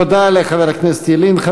תודה לחבר הכנסת ילין.